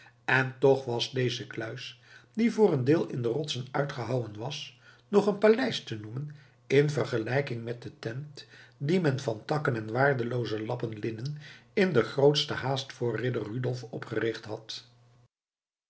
en toch was deze kluis die voor een deel in de rotsen uitgehouwen was nog een paleis te noemen in vergelijking met de tent die men van takken en waardelooze lappen linnen in de grootste haast voor ridder rudolf opgericht had